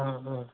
অঁ অঁ